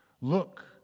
Look